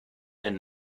and